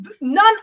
None